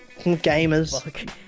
Gamers